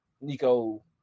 Nico